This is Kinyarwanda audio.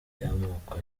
y’amoko